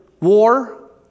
war